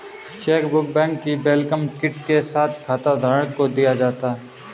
chequebook bank की welcome kit के साथ खाताधारक को दिया जाता है